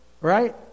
right